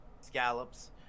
scallops